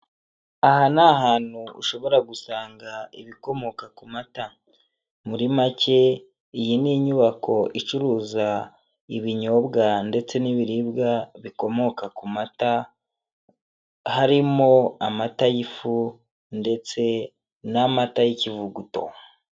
Aha ni ahantu ushobora gusanga ibikomoka ku mata, muri make iyi ni inyubako icuruza ibinyobwa ndetse n'ibiribwa bikomoka ku mata, harimo amata y'ifu ndetse n'amata y'ikivuguto.